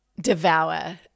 devour